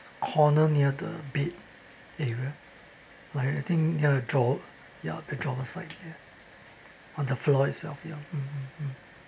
corner near the bed area like I think ya draw~ ya bed drawer side ya on the floor itself ya mm mm mm